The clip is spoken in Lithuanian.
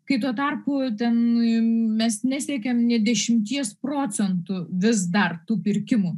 kai tuo tarpu ten mes nesiekiam nė dešimties procentų vis dar tų pirkimų